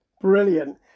Brilliant